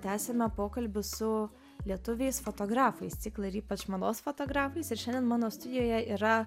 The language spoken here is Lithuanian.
tęsiame pokalbį su lietuviais fotografais ciklą ir ypač mados fotografais ir šiandien mano studijoje yra